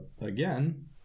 Again